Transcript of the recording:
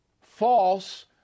False